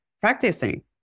practicing